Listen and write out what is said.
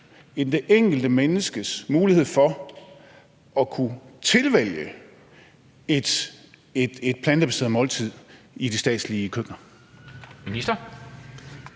end det enkelte menneskes mulighed for at kunne tilvælge et plantebaseret måltid i de statslige køkkener?